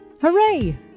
hooray